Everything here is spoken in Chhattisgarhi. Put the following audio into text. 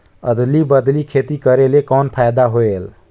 अदली बदली खेती करेले कौन फायदा होयल?